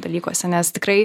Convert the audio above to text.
dalykuose nes tikrai